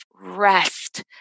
rest